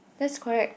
that's correct